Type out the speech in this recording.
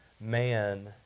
man